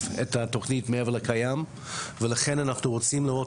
את התוכנית אל מעבר למה שקיים ולכן אנחנו רוצים לראות